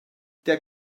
der